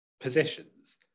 positions